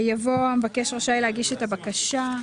יבוא "המבקש רשאי להגיש את הבקשה".